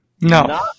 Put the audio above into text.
No